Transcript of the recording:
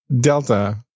Delta